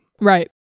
Right